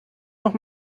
noch